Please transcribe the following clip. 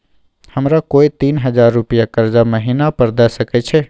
हमरा कोय तीन हजार रुपिया कर्जा महिना पर द सके छै?